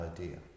idea